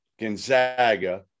Gonzaga